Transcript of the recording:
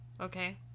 Okay